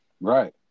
Right